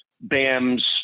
Bam's